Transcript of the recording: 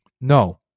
No